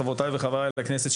חברותיי וחבריי לכנסת,